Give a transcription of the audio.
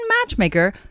matchmaker